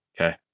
Okay